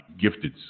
gifted